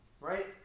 right